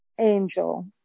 Angel